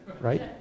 right